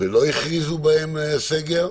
ולא הכריזו בהן סגר.